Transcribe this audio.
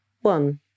one